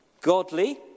godly